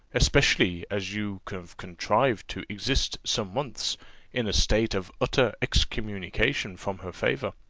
especially as you have contrived to exist some months in a state of utter excommunication from her favour.